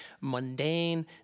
mundane